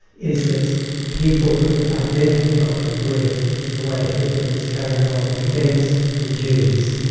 is that people could identify with the way hitler was carrying on against the jews,